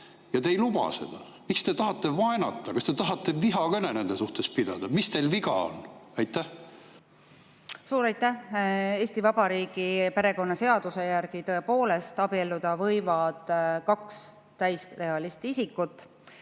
ja te ei luba seda? Miks te tahate vaenata? Kas te tahate vihakõne nende suhtes pidada? Mis teil viga on? Suur aitäh! Eesti Vabariigi perekonnaseaduse järgi võivad tõepoolest abielluda kaks täisealist isikut.